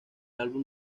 álbum